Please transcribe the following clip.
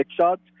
shots